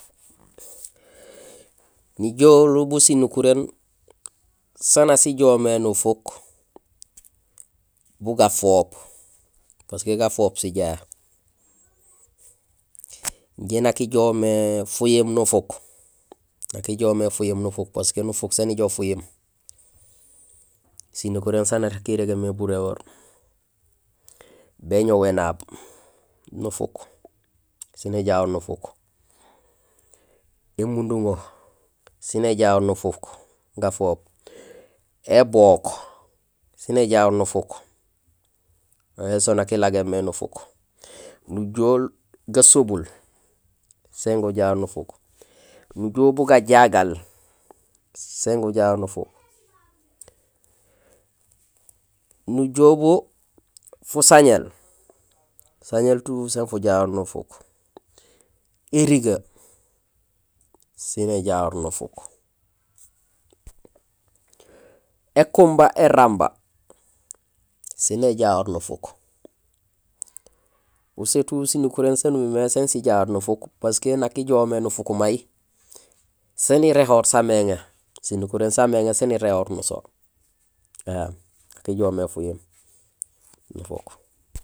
Nijool bu sinukuréén saan na sijoow mé nufuk bu gafoop, parce que gafoop sijahé. Injé nak ijoow mé fuyiim nufuk, nak ijoow mé fuyiim nufuk, parce que nufuk sén ijoow fuyiim, sinukuréén saan nak irégéén mé buréhor: béñoow énaab nufuk, sén éjahoor nufuk, émunduŋo sin éjahoor nufuk gafoop, ébook sin éjahoor nufuk; so nak ilagéén mé nufuk, nujool gasobul sin gujahoor nufuk, nujool bu gajagal sin gujahoor nufuk, nujool bu fusañéél, fusañéél tout sin fujahoor nufuk, érigee sinéjahoor nufuk, ékumba éramba sin éjahoor nufuk, usé tout sinukuréén saan umimé sin sijahoor nufuk parce que nak ijoow mé nufuk may sén iréhoor sa méŋé, sinukuréén sa méŋé sin iréhoor nuso éém nak ijoom mé fuyiim nufuk.